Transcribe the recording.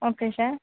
okay sir